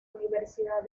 universidad